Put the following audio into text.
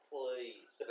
Please